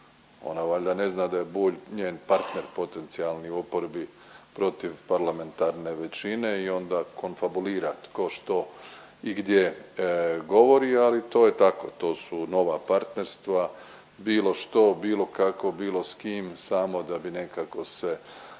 Ona valjda ne zna da je Bulj njen partner potencijalni u oporbi protiv parlamentarne većine i onda komfabulira tko, što i gdje govori. Ali to je tako, to su nova partnerstva bilo što, bilo kako, bilo s kim samo da bi nekako se